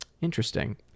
Interesting